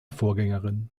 vorgängerin